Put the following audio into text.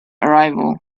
arrival